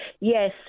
Yes